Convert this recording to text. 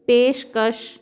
ਪੇਸ਼ਕਸ਼